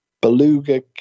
beluga